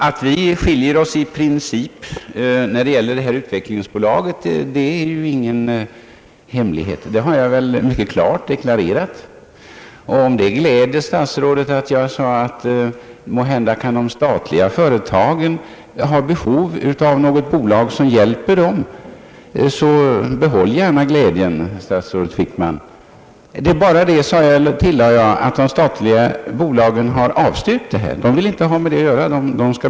Att vi i princip har skilda uppfattningar när det gäller utvecklingsbolaget är ju ingen hemlighet — jag har mycket klart deklarerat det. Om det gladde herr statsrådet att jag sade att de statliga företagen måhända kan ha behov av något bolag som hjälper dem, så behåll gärna den glädjen, statsrådet Wickman. Det är bara det att de statliga bolagen avvisat detta, de vill sköta sig själva.